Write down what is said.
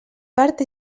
part